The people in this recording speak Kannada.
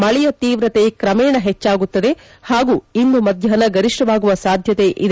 ಮಳೆಯ ತೀವ್ರತೆ ಕ್ರಮೇಣ ಹೆಚ್ಚಾಗುತ್ತದೆ ಹಾಗೂ ಇಂದು ಮಧ್ಯಾಹ್ನ ಗರಿಷ್ಣವಾಗುವ ಸಾಧ್ಯತೆ ಇದೆ